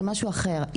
זה משהו אחר,